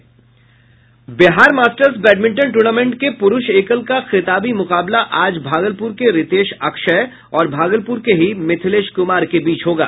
Bihar masters badminton tournament के पुरूष एकल का खिताबी मुकाबला आज भागलपुर के रितेश अक्षय और भागलपुर के ही मिथिलेश कुमार के बीच होगा